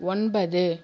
ஒன்பது